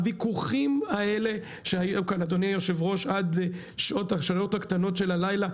הוויכוחים האלה שהיו כאן עד השעות הקטנות של הלילה,